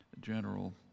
general